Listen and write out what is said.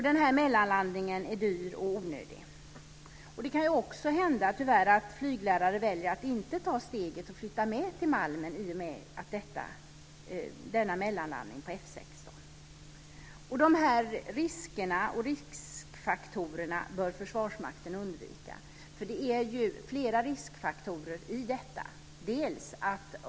Den här mellanlandningen är dyr och onödig. Det kan tyvärr också hända att flyglärare väljer att inte ta steget att flytta med till Malmen i och med denna mellanlandning på F 16. De här riskerna och riskfaktorerna bör Försvarsmakten undvika. Det finns ju flera riskfaktorer i detta.